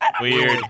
Weird